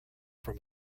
from